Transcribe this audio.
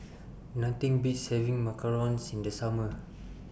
Nothing Beats having Macarons in The Summer